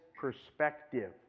perspective